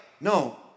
No